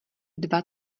dva